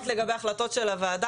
החלטות של הוועדה,